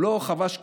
הוא לא חבש כיפה,